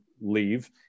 leave